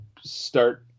start